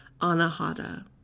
anahata